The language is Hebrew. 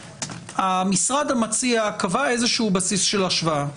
המשרד המציע קבע איזשהו בסיס של השוואה,